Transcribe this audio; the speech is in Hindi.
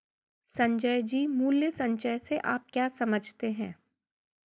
संजय जी, मूल्य संचय से आप क्या समझते हैं?